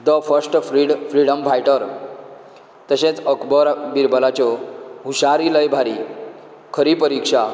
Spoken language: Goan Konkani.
the first free freedom fighter तशेंच अकबर बिरबलाच्यो हुशारी लय भारी खरी परिक्षा